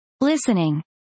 Listening